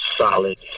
solid